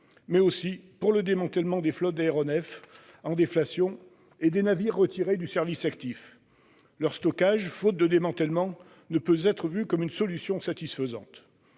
mais aussi pour le démantèlement des flottes d'aéronefs en déflation et des navires retirés du service actif. Leur stockage faute de démantèlement ne peut pas être vu comme une solution satisfaisante.